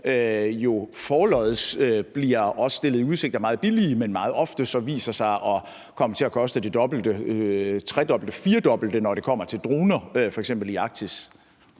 jo forlods bliver stillet i udsigt, at det er meget billigt; men meget ofte viser det sig at komme til at koste det dobbelte, tredobbelte, firedobbelte, når det kommer til droner, f.eks. i Arktis.